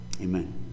Amen